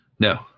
No